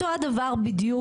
אותו הדבר בדיוק,